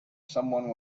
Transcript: someone